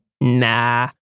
Nah